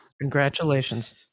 Congratulations